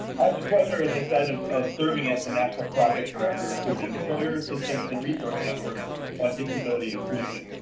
i have the pleasure, as i said, of of serving as the national project director for the employer assistance and resource network on disability inclusion.